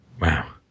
Wow